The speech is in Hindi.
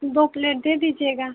दो प्लेट दे दीजिएगा